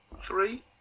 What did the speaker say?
three